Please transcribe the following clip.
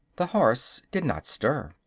the horse did not stir.